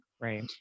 right